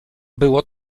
było